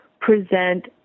present